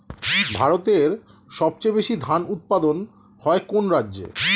ভারতের সবচেয়ে বেশী ধান উৎপাদন হয় কোন রাজ্যে?